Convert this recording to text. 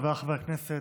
חבריי חברי הכנסת,